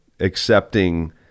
accepting